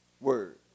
word